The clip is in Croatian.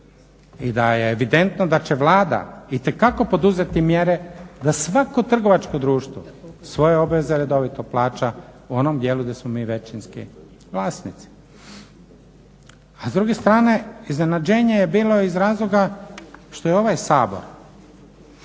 I da je evidentno da će Vlada itekako poduzeti mjere da svako trgovačko društvo svoje obveze redovito plaća u onom dijelu gdje smo mi većinski vlasnici. A s druge strane, iznenađenje je bilo iz razloga što je ovaj Sabor